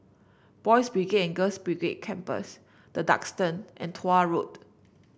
Boys' Brigade Girls' Brigade Campsite The Duxton and Tuah Road